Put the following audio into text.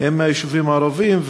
הם מהיישובים הערביים,